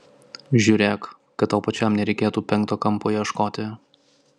žiūrėk kad tau pačiam nereikėtų penkto kampo ieškoti